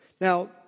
Now